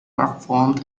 performed